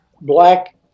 black